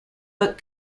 but